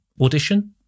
Audition